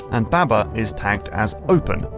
and baba is tagged as open,